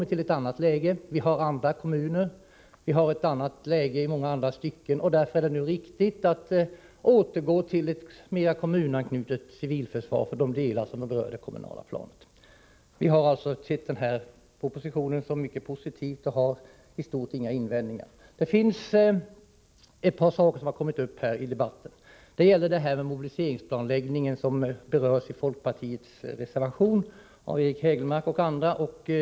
Nu har vi ett annat läge, Vi har andra kommuner och även i många andra stycken förändrade förhållanden, Därför är det riktigt att återgå till ett mera kommunanknutet civilförsvar i de delar som kan överföras till det kommunala planet. Vi har alltså sett mycket positivt på propositionen och har i stort inga invändningar mot den. Jag vill ta upp några saker som berörts i debatten. Mobiliseringsplanläggningen behandlas i folkpartireservationen nr 2 av Eric Hägelmark.